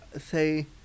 say